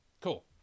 cool